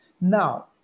Now